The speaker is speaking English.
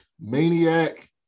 Maniac